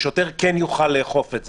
יוכל לאכוף את זה.